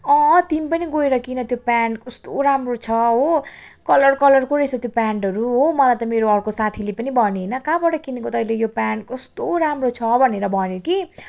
अँ तिमी पनि गएर किन त्यो पेन्ट कस्तो राम्रो छ हो कलर कलरको रहेछ त्यो पेन्टहरू हो मलाई त मेरो अर्को साथीले पनि भन्यो होइन कहाँबाट किनेको तैँले यो पेन्ट कस्तो राम्रो छ भनेर भन्यो कि